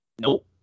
Nope